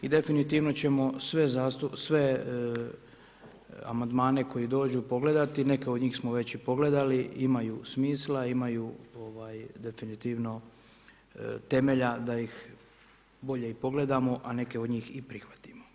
I definitivno ćemo sve amandmane koje dođu pogledati, neke od njih smo već i pogledali, imaju smisla, imaju definitivno temelja da ih bolje i pogledamo a neke od njih i prihvatimo.